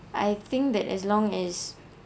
I think that as long as